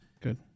good